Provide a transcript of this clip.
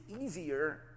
easier